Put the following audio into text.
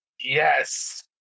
Yes